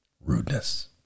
rudeness